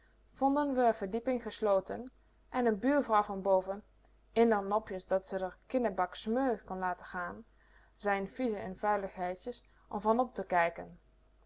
vonden we r verdieping gesloten en n buurvrouw van boven in r nopjes dat ze r kinnebak smeuig kon laten gaan zei n vieze en vuiligheidjes om van op te kijken